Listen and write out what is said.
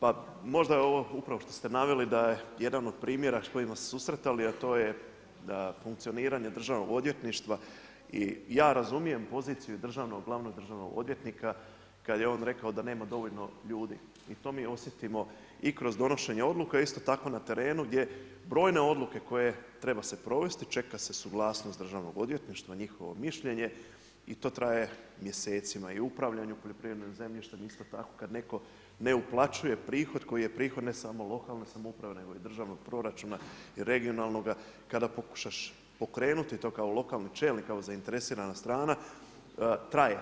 Pa možda je ovo upravo što ste naveli da je jedan od primjera s kojima smo se susretali a to je da, funkcioniranje državnog odvjetništva i, ja razumijem poziciju državnog, glavnog državnog odvjetnika kada je on rekao da nema dovoljno ljudi i to mi osjetimo i kroz donošenje oduka i isto tako na terenu gdje brojne odluke koje treba se provesti, čeka se suglasnost državnog odvjetništva, njihovo mišljenje i to traje mjesecima i upravljanje poljoprivrednim zemljištem isto tako kada netko ne uplaćuje prihod koji je prihod ne samo lokalne samouprave nego i državnog proračuna i regionalnoga, kada pokušaš pokrenuti to kao lokalni čelnika, kao zainteresirana strana traje.